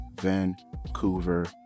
Vancouver